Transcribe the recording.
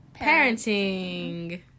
Parenting